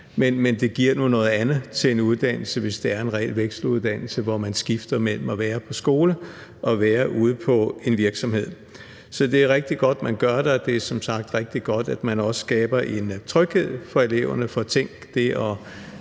men det giver nu noget andet til en uddannelse, hvis det er en reel vekseluddannelse, hvor man skifter mellem at være på skole og at være ude på en virksomhed. Så det er rigtig godt, man gør det, og det er som sagt rigtig godt, at man også skaber en tryghed for eleverne. For tænk